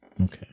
Okay